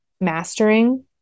mastering